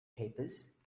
papers